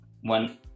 one